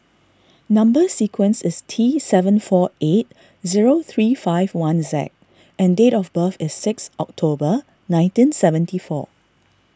Number Sequence is T seven four eight zero three five one Z and date of birth is six October nineteen seventy four